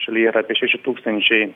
šaly yra apie šeši tūkstančiai